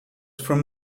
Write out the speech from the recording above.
from